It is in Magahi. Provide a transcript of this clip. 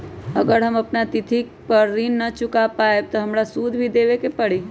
अगर हम अपना तिथि पर ऋण न चुका पायेबे त हमरा सूद भी देबे के परि?